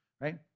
right